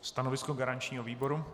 Stanovisko garančního výboru?